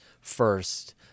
first